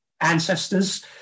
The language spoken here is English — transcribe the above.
ancestors